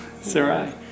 Sarai